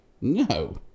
No